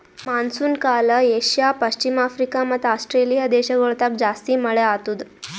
monsoon ಕಾಲ Asia, ಪಶ್ಚಿಮ Africa ಮತ್ತ ಆಸ್ಟ್ರೇಲಿಯಾ ದೇಶಗೊಳ್ದಾಗ್ ಜಾಸ್ತಿ ಮಳೆ ಆತ್ತುದ್